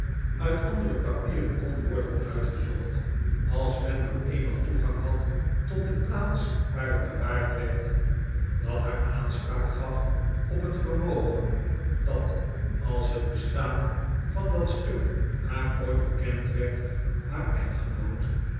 uit andere papieren kon worden uitgezocht als men maar eenmaal toegang had tot de plaats waar het bewaard werd dat haar aanspraak gaf op een vermogen dat als het bestaan van dat stuk haar ooit bekend werd haar echtgenoot